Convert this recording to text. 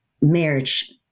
marriage